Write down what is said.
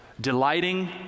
delighting